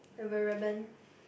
have a ribbon